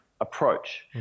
approach